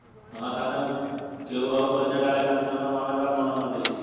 हमार खाता मे केहु आउर पैसा डाले खातिर नंबर मांगत् बा कौन नंबर दे दिही?